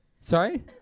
Sorry